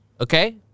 okay